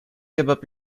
get